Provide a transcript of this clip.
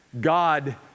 God